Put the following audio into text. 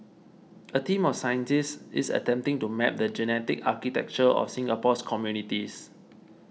a team of scientists is attempting to map the genetic architecture of Singapore's communities